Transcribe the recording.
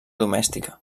domèstica